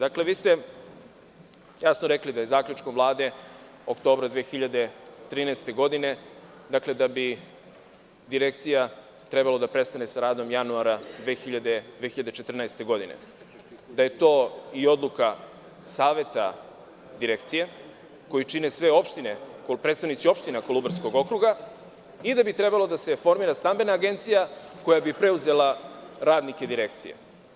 Dakle, vi ste jasno rekli da bi zaključkom Vlade oktobra 2013. godine Direkcija trebala da prestane sa radom januara 2014. godine, da je to i odluka Saveta Direkcije, koji čine sve opštine, odnosno predstavnici opština Kolubarskog okruga i da bi trebala da se formira stambena agencija koja bi preuzela radnike Direkcije.